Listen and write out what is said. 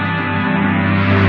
and